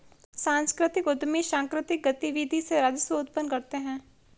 सांस्कृतिक उद्यमी सांकृतिक गतिविधि से राजस्व उत्पन्न करते हैं